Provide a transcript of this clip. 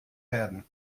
werden